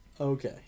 Okay